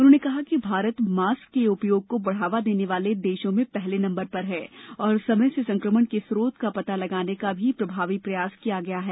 उन्होंने कहा कि भारत मास्क के उपयोग को बढ़ावा देने वाले पहले देशों में है और समय से संक्रमण के स्रोत का पता लगाने का भी प्रभावी प्रयास किया गया है